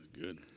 good